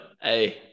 Hey